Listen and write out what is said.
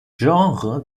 genre